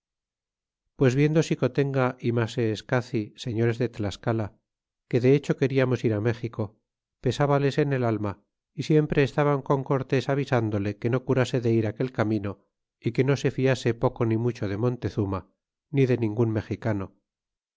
pues viendo xicotenga y maseescaci señores de tlascala que de hecho queriamos ir á méxico pesábales en el alma y siempre estaban con cortés avisándole que no curase de ir aquel camino y que no se fiase poco ni mucho de montezuma ni de ningun mexicano